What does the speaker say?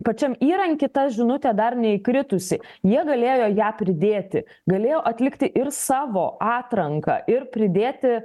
pačiam įranky ta žinutė dar neįkritusi jie galėjo ją pridėti galėjo atlikti ir savo atranką ir pridėti